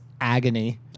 agony